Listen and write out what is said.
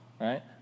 right